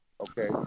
okay